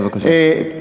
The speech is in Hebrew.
בבקשה.